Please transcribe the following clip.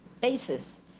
basis